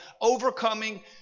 Overcoming